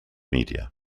media